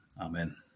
Amen